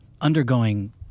undergoing